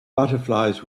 butterflies